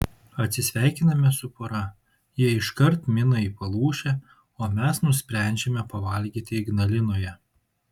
atsisveikiname su pora jie iškart mina į palūšę o mes nusprendžiame pavalgyti ignalinoje